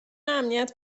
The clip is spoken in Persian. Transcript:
امنیت